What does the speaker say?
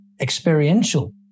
experiential